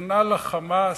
נכנע ל"חמאס",